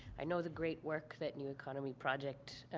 i know the great work that new economy project,